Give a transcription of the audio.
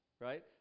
right